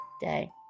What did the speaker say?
day